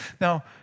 Now